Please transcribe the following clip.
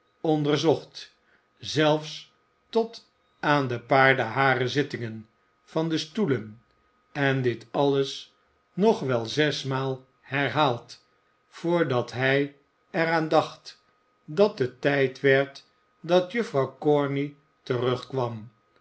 onderzocht zelfs tot aan de paardenharen zittingen van de stoelen en dit alles nog wel zesmaal herhaald voordat hij er aan dacht dat het tijd werd dat juffrouw corney terugkwam